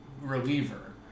reliever